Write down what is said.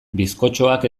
bizkotxoak